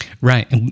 Right